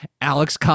Alex